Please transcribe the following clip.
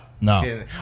No